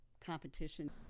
competition